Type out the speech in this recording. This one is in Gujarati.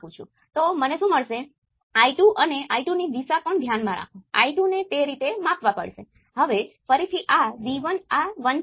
હું તમને એક ઉદાહરણ બતાવીશ